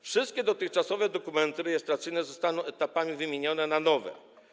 Wszystkie dotychczasowe dokumenty rejestracyjne zostaną etapami wymienione na nowe.